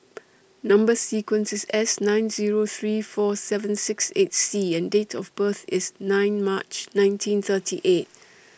Number sequence IS S nine Zero three four seven six eight C and Date of birth IS nine March nineteen thirty eight